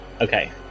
Okay